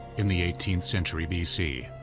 in the eighteenth century b c.